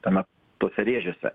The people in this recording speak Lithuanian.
tame tose rėžiuose